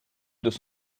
deux